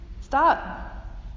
Stop